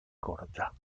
corta